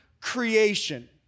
creation